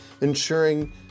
ensuring